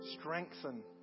Strengthen